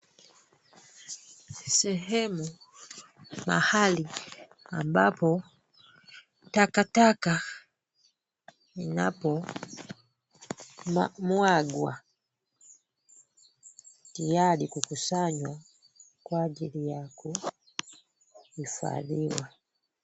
Sehemu mahali ambapo takataka inapomwagwa tayari kukusanywa kwa ajili ya kuhifadhiwa.